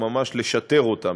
ממש "לשטר" אותם,